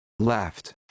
Left